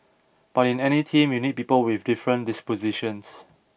but in any team you need people with different dispositions